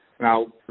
Now